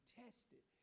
tested